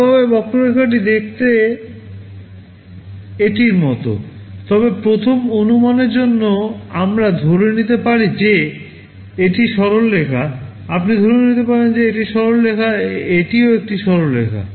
ভালভাবে বক্ররেখাটি দেখতে এটির মতো তবে প্রথম অনুমানের জন্য আমরা ধরে নিতে পারি যে এটি সরল রেখা আপনি ধরে নিতে পারেন যে এটি সরল রেখা এটিও একটি সরল রেখা